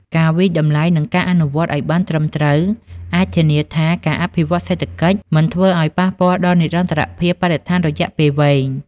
ការវាយតម្លៃ និងការអនុវត្តឲ្យបានត្រឹមត្រូវអាចធានាថាការអភិវឌ្ឍន៍សេដ្ឋកិច្ចមិនធ្វើឲ្យប៉ះពាល់ដល់និរន្តរភាពបរិស្ថានរយៈពេលវែង។